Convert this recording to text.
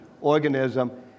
organism